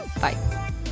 bye